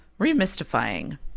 Remystifying